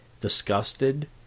disgusted